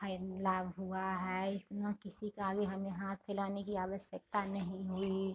लाभ हुआ है इतना किसी का आगे हमें हाथ फैलाने की आवश्यकता नहीं हुई